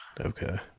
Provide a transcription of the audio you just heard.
Okay